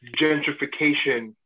gentrification